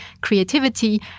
creativity